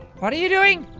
what are you doing?